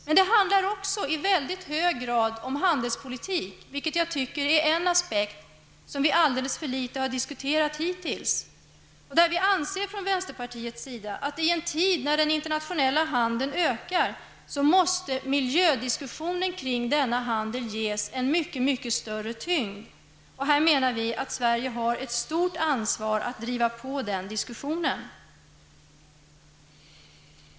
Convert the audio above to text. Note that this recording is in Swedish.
Men i mycket hög grad handlar det också om handelspolitik. Det är en aspekt som vi hittills har diskuterat alldeles för litet. Vi i vänsterpartiet anser att det i en tid då den internationella handeln ökar är nödvändigt att miljödiskussionen i detta sammanhang får en väsentligt större tyngd. Vi menar att Sverige har ett stort ansvar när det gäller att driva på den diskussionen.